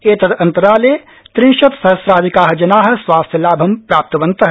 एतदन्तराले त्रिंशत सहस्राधिका जना स्वास्थ्यलाभं प्राप्तवन्तः